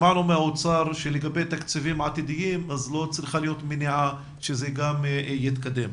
שמענו מהאוצר שלגבי תקציבים עתידיים לא צריכה להיות מניעה שזה גם יתקדם.